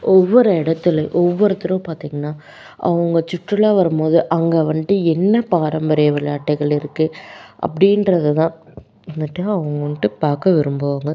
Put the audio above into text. ஒவ்வொரு இடத்துல ஒவ்வொருத்தரும் பார்த்திங்கன்னா அவங்க சுற்றுலா வரும் போது அங்கே வந்துட்டு என்ன பாரம்பரிய விளையாட்டுகள் இருக்குது அப்படின்றத தான் வந்துட்டு அவங்க வந்துட்டு பார்க்க விரும்புவாங்க